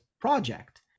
project